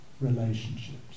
relationships